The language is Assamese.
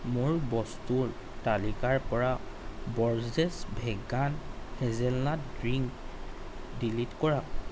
মোৰ বস্তুৰ তালিকাৰ পৰা Borges vegan hazelnut drink delete কৰা